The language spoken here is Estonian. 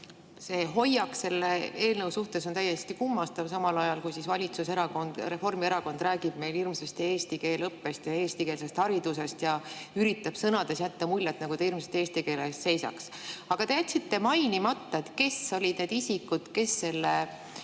see hoiak selle eelnõu suhtes on täiesti kummastav, samal ajal kui valitsuserakond, Reformierakond räägib meile hirmsasti eesti keele õppest ja eestikeelsest haridusest ja üritab sõnades jätta muljet, nagu ta hirmsasti eesti keele eest seisaks. Aga te jätsite mainimata, et kes olid need isikud, kes selle